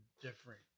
different